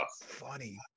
Funny